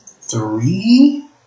three